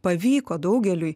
pavyko daugeliui